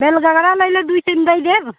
bell घघरा लेल दो तीन बे देब